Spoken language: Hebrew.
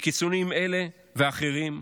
מקיצוניים אלה ואחרים,